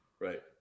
Right